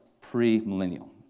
pre-millennial